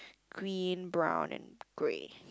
green brown and grey